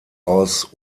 aus